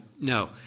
no